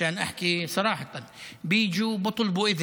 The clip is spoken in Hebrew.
מאחורי הגב אתה רואה שתקעו לנו את הנתונים